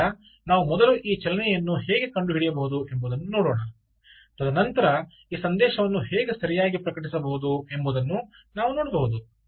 ಆದ್ದರಿಂದ ನಾವು ಮೊದಲು ಈ ಚಲನೆಯನ್ನು ಹೇಗೆ ಕಂಡುಹಿಡಿಯಬಹುದು ಎಂಬುದನ್ನು ನೋಡೋಣ ತದನಂತರ ಈ ಸಂದೇಶವನ್ನು ಹೇಗೆ ಸರಿಯಾಗಿ ಪ್ರಕಟಿಸಬಹುದು ಎಂಬುದನ್ನು ನಾವು ನೋಡಬಹುದು